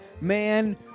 Man